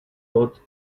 lot